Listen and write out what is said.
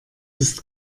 ist